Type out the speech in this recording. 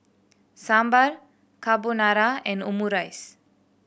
Sambar Carbonara and Omurice